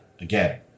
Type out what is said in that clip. again